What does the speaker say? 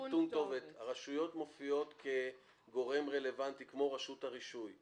כתובת הרשויות מופיעות כגורם רלוונטי כמו רשות הרישוי,